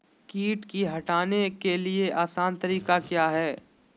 किट की हटाने के ली आसान तरीका क्या है?